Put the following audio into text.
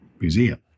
museum